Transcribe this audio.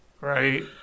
Right